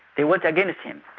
they went against him,